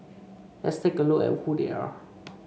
let's take a look at who they are